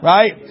Right